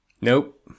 Nope